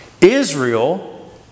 Israel